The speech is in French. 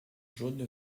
jaune